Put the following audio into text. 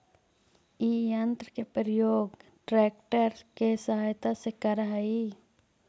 इ यन्त्र के प्रयोग ट्रेक्टर के सहायता से करऽ हई